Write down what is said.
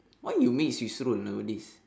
why you make swiss roll nowadays